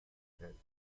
کردیم